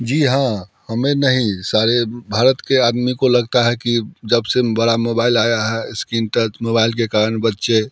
जी हाँ हमें नहीं सारे भारत के आदमी को लगता है कि जब से बड़ा मोबाइल आया है एस्क्रीन टच मोबाइल के कारण बच्चे